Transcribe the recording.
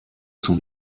zum